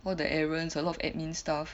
all the errands a lot of admin stuff